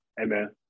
Amen